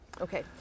Okay